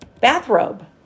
bathrobe